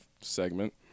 segment